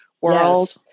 world